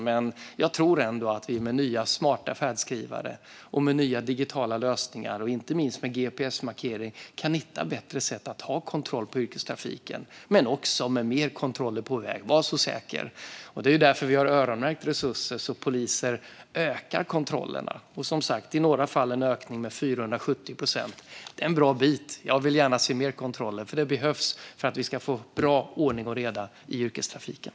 Men jag tror ändå att vi med nya smarta färdskrivare, nya digitala lösningar och inte minst med gps-markering kan hitta bättre sätt att ha kontroll på yrkestrafiken, men också med fler kontroller på väg, var så säker. Det är därför vi har öronmärkt resurser så att poliser ökar kontrollerna. Det är i några fall en ökning med 470 procent. Det är en bra bit. Jag vill gärna se fler kontroller. Det behövs för att vi ska få ordning och reda i yrkestrafiken.